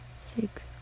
six